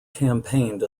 campaigned